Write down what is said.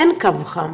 אין קו חם.